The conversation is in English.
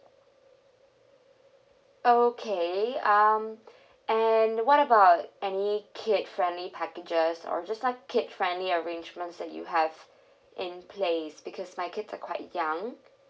okay um and what about any kid friendly packages or just like kid friendly arrangements that you have in place because my kids are quite young